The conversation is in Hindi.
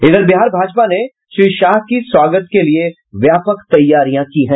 इधर बिहार भाजपा ने श्री शाह की स्वागत के लिए व्यापक तैयारियां की है